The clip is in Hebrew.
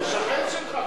שכן שלך,